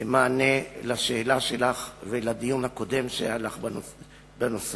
במענה לשאלה שלך ולדיון הקודם שהיה לך בנושא,